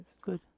Good